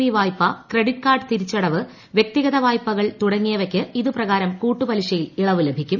ഇ് വായ്പ credit card തിരിച്ചടവ് വ്യക്തിഗത വായ്പ്പക്കൾ തുടങ്ങിയവയ്ക്ക് ഇത് പ്രകാരം കൂട്ടുപലിശയിൽ ഇളവ് ലൂഭിക്കും